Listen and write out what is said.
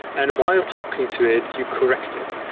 and while talking to it, you correct it.